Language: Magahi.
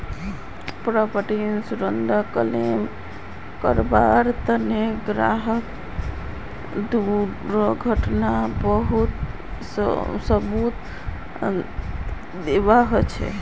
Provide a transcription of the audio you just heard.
प्रॉपर्टी इन्शुरन्सत क्लेम करबार तने ग्राहकक दुर्घटनार सबूत दीबा ह छेक